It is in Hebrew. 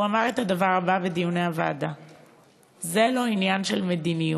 הוא אמר בדיוני הוועדה את הדבר הבא: זה לא עניין של מדיניות,